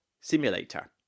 Simulator